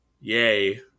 yay